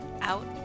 out